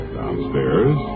downstairs